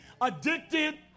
addicted